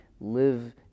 live